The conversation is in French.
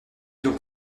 donc